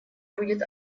будет